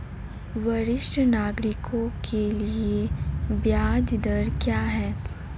वरिष्ठ नागरिकों के लिए ब्याज दर क्या हैं?